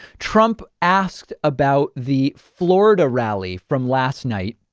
trump asked about the florida rally from last night.